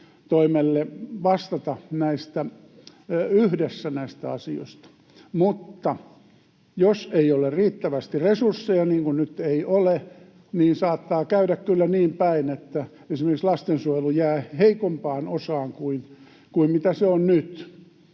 sosiaalitoimelle vastata yhdessä näistä asioista. Mutta jos ei ole riittävästi resursseja, niin kuin nyt ei ole, saattaa käydä kyllä niin päin, että esimerkiksi lastensuojelu jää heikompaan osaan kuin mitä se on nyt,